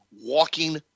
walking